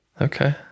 okay